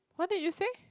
what did you say